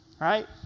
Right